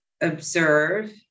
observe